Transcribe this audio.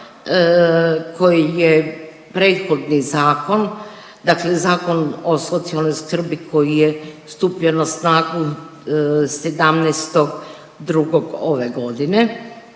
koji je prethodni zakon dakle Zakon o socijalnoj skrbi koji je stupio na snagu 17.2. ove godine